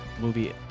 movie